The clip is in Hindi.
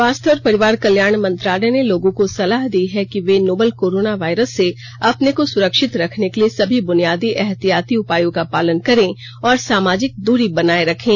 स्वास्थ्य और परिवार कल्याण मंत्रालय ने लोगों को सलाह दी है कि वे नोवल कोरोना वायरस से अपने को सुरक्षित रखने के लिए सभी बुनियादी एहतियाती उपायों का पालन करें और सामाजिक दूरी बनाए रखें